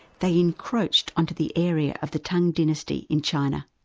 they encroached onto the area of the tang dynasty in china.